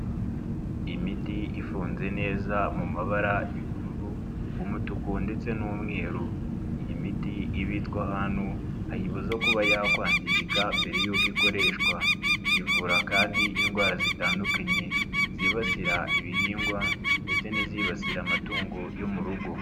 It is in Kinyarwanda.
Imiti ifunze neza mu mabara y'ubururu, umutuku ndetse n'umweru. Iyi miti ibitswe ahantu hayibuza kuba yakwangirika mbere yuko ikoreshwa. Ivura kandi indwara zitandukanye zibasira ibihingwa ndetse n'izibasira amatungo yo mu rugo.